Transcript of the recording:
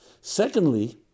Secondly